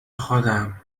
خودم